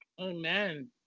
Amen